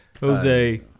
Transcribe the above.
Jose